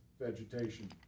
vegetation